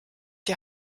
die